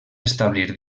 establir